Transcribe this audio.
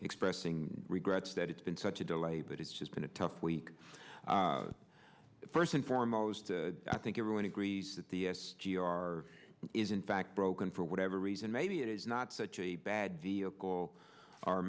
expressing regrets that it's been such a delay but it's just been a tough week first and foremost i think everyone agrees that the s g r is in fact broken for whatever reason maybe it is not such a bad vehicle our